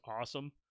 awesome